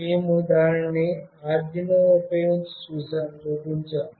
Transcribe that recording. మేము దానిని Arduino ఉపయోగించి చూపించాము